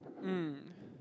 mm